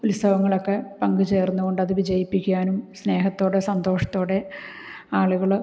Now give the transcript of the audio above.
ഉത്സവങ്ങളൊക്കെ പങ്കു ചേര്ന്നുകൊണ്ട് അത് വിജയിപ്പിക്കുവാനും സ്നേഹത്തോടെ സന്തോഷത്തോടെ ആളുകൾ